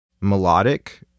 melodic